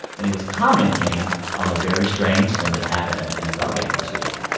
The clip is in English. and he was commenting on a very strange thing that happened at an nfl game this week.